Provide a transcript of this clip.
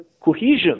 cohesion